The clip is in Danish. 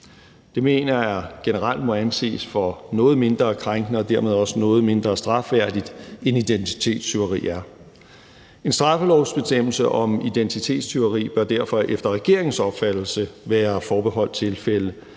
Det mener jeg generelt må anses for at være noget mindre krænkende og dermed også noget mindre strafværdigt, end identitetstyveri er. En straffelovsbestemmelse om identitetstyveri bør derfor efter regeringens opfattelse være forbeholdt tilfælde,